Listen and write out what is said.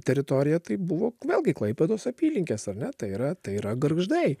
teritorija tai buvo vėlgi klaipėdos apylinkės ar ne tai yra tai yra gargždai